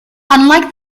unlike